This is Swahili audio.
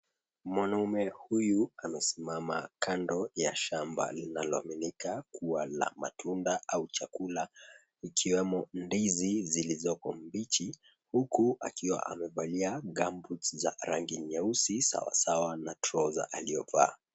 Mwanaume huyu amesimama kando la shamba linaloaminika kuwa la matunda au chakula ikiwemo ndizi zilizoko mbichi huku akiwa amevalia gumboots za rangi nyeusi sawasawa na trouser aliyovaa.